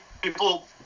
People